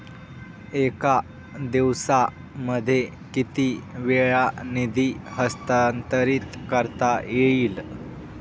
एका दिवसामध्ये किती वेळा निधी हस्तांतरीत करता येईल?